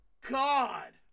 god